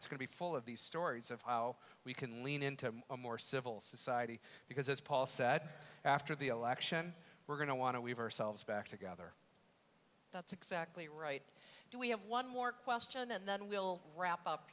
it's going to be full of these stories of how we can lean into a more civil society because as paul said after the election we're going to want to we have ourselves back together that's exactly right do we have one more question and then we'll wrap up